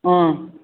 ஆ